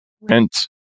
rent